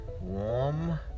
warm